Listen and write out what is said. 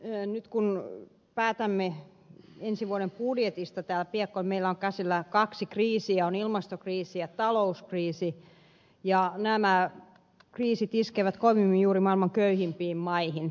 nyt kun päätämme ensi vuoden budjetista täällä piakkoin meillä on käsillä kaksi kriisiä on ilmastokriisi ja talouskriisi ja nämä kriisit iskevät kovimmin juuri maailman köyhimpiin maihin